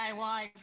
DIY